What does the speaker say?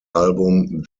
album